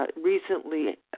Recently